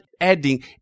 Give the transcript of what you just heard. adding